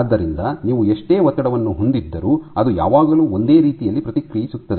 ಆದ್ದರಿಂದ ನೀವು ಎಷ್ಟೇ ಒತ್ತಡವನ್ನು ಹೊಂದಿದ್ದರೂ ಅದು ಯಾವಾಗಲೂ ಒಂದೇ ರೀತಿಯಲ್ಲಿ ಪ್ರತಿಕ್ರಿಯಿಸುತ್ತದೆ